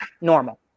normal